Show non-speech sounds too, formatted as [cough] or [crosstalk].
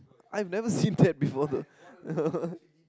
I've never seen that before though [laughs]